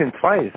twice